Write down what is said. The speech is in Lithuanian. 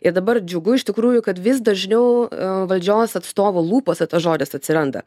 ir dabar džiugu iš tikrųjų kad vis dažniau valdžios atstovų lūpose tas žodis atsiranda